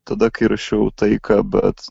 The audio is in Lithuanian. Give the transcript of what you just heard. tada kai rašiau taiką bet